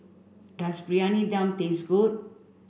does Briyani Dum taste good